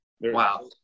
wow